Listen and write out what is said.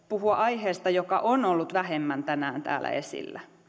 puhua myös aiheesta joka on ollut vähemmän tänään täällä esillä